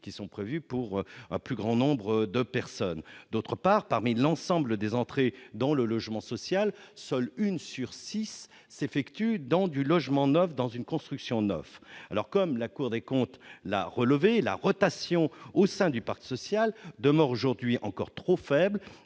qui sont prévus pour un plus grand nombre de personnes, d'autre part, parmi l'ensemble des entrées dans le logement social, seule une sur 6 s'effectue dans du logement 9 dans une construction 9 alors comme la Cour des comptes, l'relevé la rotation au sein du parc social de morts aujourd'hui encore trop faible